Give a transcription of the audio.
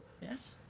Yes